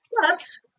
Plus